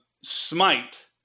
smite